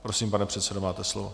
Prosím, pane předsedo, máte slovo.